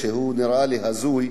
שנראה לי הזוי,